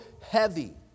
heavy